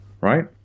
Right